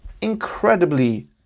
incredibly